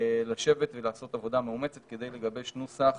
לשבת ולעשות עבודה מאומצת כדי לגבש נוסח